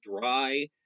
dry